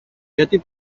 γιατί